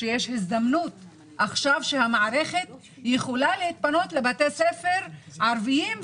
שיש הזדמנות עכשיו שהמערכת יכולה להתפנות לבתי ספר ערביים,